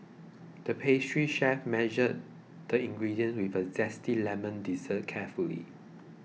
the pastry chef measured the ingredients for a Zesty Lemon Dessert carefully